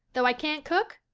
though i can't cook,